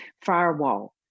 firewall